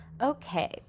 Okay